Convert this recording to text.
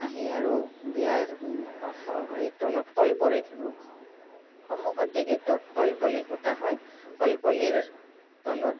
আহি আৰু বিয়াৰ হেৰি তলত কলপুলিত সন্মুখতে গেটত কলপুলি পোতা হয় কলপুলিৰ তলত